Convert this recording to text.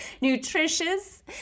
nutritious